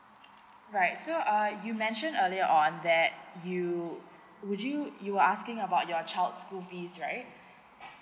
right so uh you mention earlier on that you would you you were asking about your child's school fees right